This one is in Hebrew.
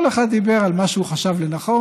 כל אחד דיבר על מה שהוא חשב לנכון,